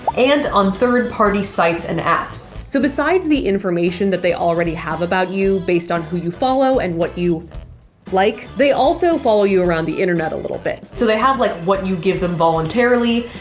and on third-party sites and apps so besides the information that they already have about you based on who you follow and what you like. they also follow you around the internet a little bit so they have like what you give them voluntarily,